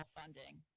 funding